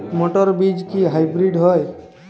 মটর বীজ কি হাইব্রিড হয়?